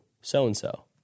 so-and-so